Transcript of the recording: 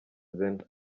zena